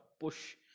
push